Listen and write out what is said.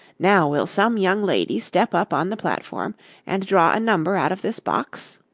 now will some young lady step up on the platform and draw a number out of this box?